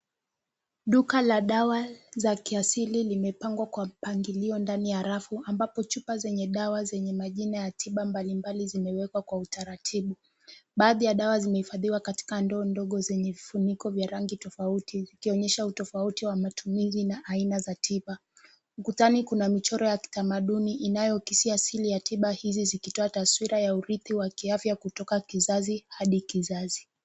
Duka la dawa za kiasili limepangwa kwa mpangilio ndani ya rafu ambapo chupa zenye dawa zenye majina ya tiba mbalimbali zimewekwa kwa utaratibu baadhi ya dawa zimehifadhiwa katika ndoo ndogo zenye vifuniko vya rangi tofauti vikionyesha utofauti wa matumizi na aina za tiba. Ukutani kuna michoro ya kitamaduni inayokisia asili ya tiba hizi zikitoa taswira ya urithi wa kiafya kutoka kizazi hadi kizazi.